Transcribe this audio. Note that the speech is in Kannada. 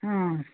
ಹಾಂ